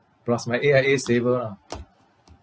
plus my A_I_A saver lah